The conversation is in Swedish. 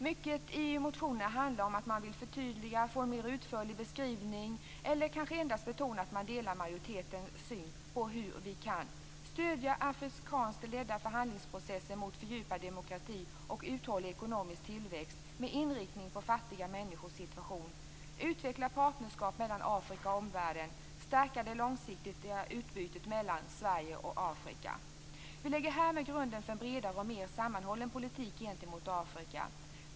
Mycket i motionerna handlar om att man vill förtydliga, få en mer utförlig beskrivning eller kanske endast betona att man delar majoritetens syn på hur man kan stödja afrikanskt ledda förhandlingsprocesser mot fördjupad demokrati och uthållig ekonomisk tillväxt med inriktning på fattiga människors situation, utveckla partnerskap mellan Afrika och omvärlden och stärka det långsiktiga utbytet mellan Vi lägger härmed grunden för en bredare och mer sammanhållen politik gentemot Afrika.